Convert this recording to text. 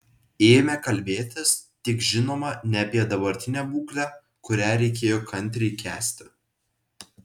ėmė kalbėtis tik žinoma ne apie dabartinę būklę kurią reikėjo kantriai kęsti